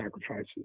sacrifices